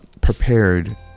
prepared